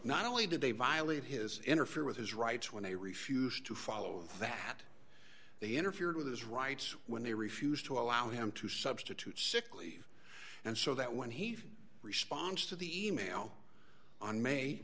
not only did they violate his interfere with his rights when they refused to follow that they interfered with his rights when they refused to allow him to substitute sick leave and so that when he responds to the email on ma